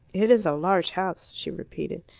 it is a large house, she repeated.